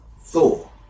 Thor